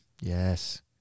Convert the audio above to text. Yes